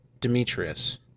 Demetrius